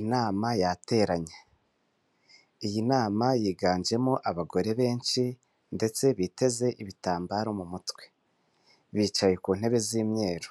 Inama yateranye, iyi nama yiganjemo abagore benshi ndetse biteze ibitambaro mu mutwe, bicaye ku ntebe z'imyeru.